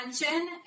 attention